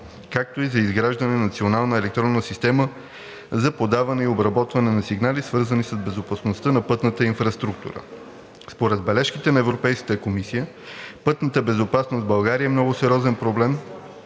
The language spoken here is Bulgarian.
както и за изграждане на Национална електронна система за подаване и обработване на сигнали, свързани с безопасността на пътната инфраструктура. Според бележките на Европейската комисия пътната безопасност в България е много сериозен проблем,